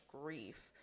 grief